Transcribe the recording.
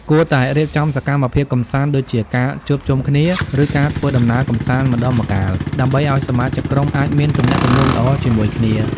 គួរតែរៀបចំសកម្មភាពកម្សាន្តដូចជាការជួបជុំគ្នា ឬការធ្វើដំណើរកម្សាន្តម្តងម្កាលដើម្បីឲ្យសមាជិកក្រុមអាចមានទំនាក់ទំនងល្អជាមួយគ្នា។